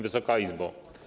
Wysoka Izbo!